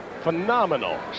phenomenal